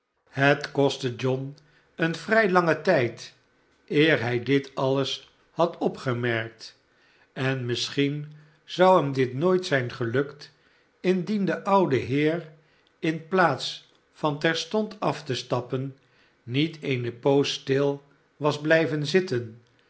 het kostte john een vrij langen tijd eer hij dit alles had opgemerkt en misschien zou hem dit nooit zijn gelukt indien de oude heer in plaats van terstond af te stappen niet eene poos stil was blijven zitten